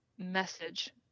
message